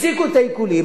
הפסיקו את העיקולים,